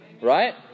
Right